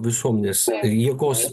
visuomenės jėgos